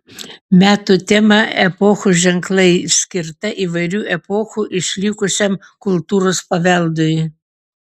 metų tema epochų ženklai skirta įvairių epochų išlikusiam kultūros paveldui